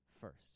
first